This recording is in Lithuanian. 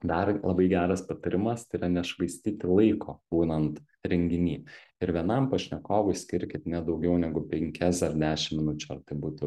dar labai geras patarimas tai yra nešvaistyti laiko būnant renginy ir vienam pašnekovui skirkit ne daugiau negu penkias ar dešim minučių ar tai būtų